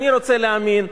אני רוצה להאמין,